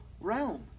realm